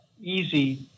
easy